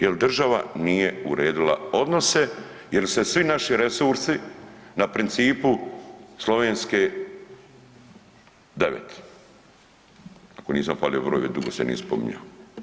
Jel država nije uredila odnose jer se svi naši resursi na principu Slovenske 9, ako nisam falio broj dugo se nije spominjao.